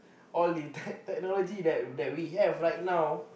all the tech technology that we have right now